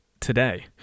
today